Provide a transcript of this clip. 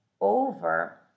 over